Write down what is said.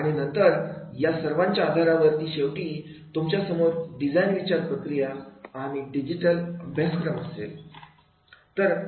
आणि नंतर या सर्वांच्या आधारावर ती शेवटी तुमच्यासमोर डिझाईन विचार प्रक्रिया आणि डिजिटल अभ्यासक्रम असेल